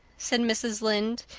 said mrs. lynde,